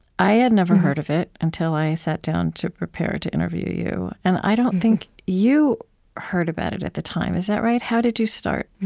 i had never heard of it until i sat down to prepare to interview you. and i don't think you heard about it at the time. is that right? how did you start?